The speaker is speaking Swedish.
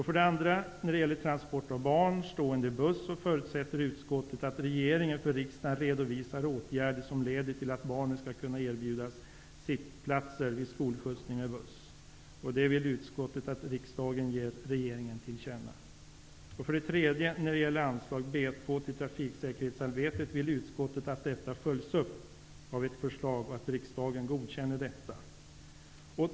För det andra: När det gäller transport av barn stående i buss, förutsätter utskottet att regeringen för riksdagen redovisar åtgärder som leder till att barnen skall kunna erbjudas sittplatser vid skolskjutsning med buss. Det vill utskottet att riksdagen ger regeringen till känna. För det tredje: Beträffande anslaget B 2 till trafiksäkerhetsarbetet, vill utskottet att detta följs upp av ett förslag som riksdagen skall godkänna.